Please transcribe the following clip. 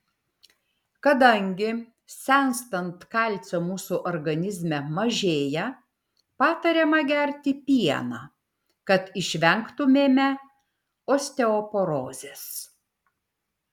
kadangi senstant kalcio mūsų organizme mažėja patariama gerti pieną kad išvengtumėme osteoporozės